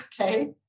okay